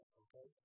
okay